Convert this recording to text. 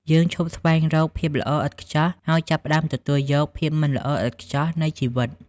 យើងឈប់ស្វែងរកភាពល្អឥតខ្ចោះ ហើយចាប់ផ្តើមទទួលយក "ភាពមិនល្អឥតខ្ចោះ" នៃជីវិត។